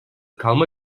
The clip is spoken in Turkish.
kalma